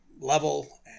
level